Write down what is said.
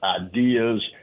ideas